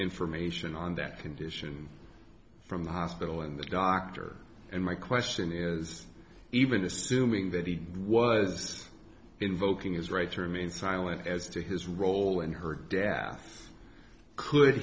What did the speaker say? information on that condition from the hospital and the doctor and my question is even assuming that he was invoking his right to remain silent as to his role and her dad could